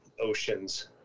Oceans